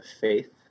faith